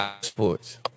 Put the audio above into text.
sports